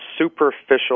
superficial